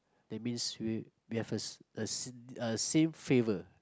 that means we we have a s~ a s~ a same favour